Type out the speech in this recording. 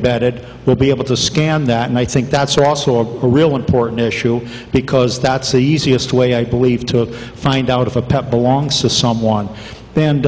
bat it will be up to scan that and i think that's are also a real important issue because that's the easiest way i believe to find out if a pet belongs to someone then